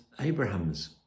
Abraham's